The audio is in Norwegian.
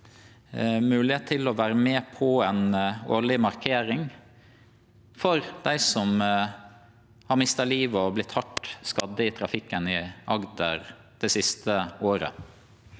moglegheit til å vere med på ei årleg markering for dei som har mista livet og vorte hardt skadde i trafikken i Agder det siste året.